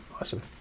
Awesome